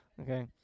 okay